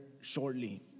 shortly